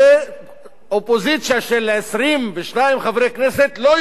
אופוזיציה של 22 חברי כנסת לא יכולה לעמוד כאן,